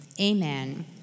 amen